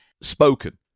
spoken